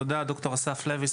ד"ר אסף לוי,